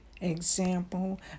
example